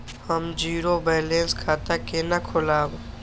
हम zero balance खाता केना खोलाब?